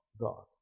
God